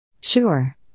Sure